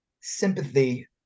sympathy